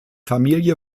familie